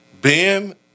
Ben